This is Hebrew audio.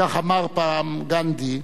כך אמר פעם גנדי,